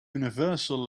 universal